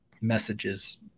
messages